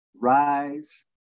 rise